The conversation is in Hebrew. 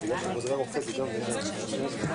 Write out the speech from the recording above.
הצבעה הרוויזיה לא נתקבלה הרוויזיה לא התקבלה.